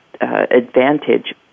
advantage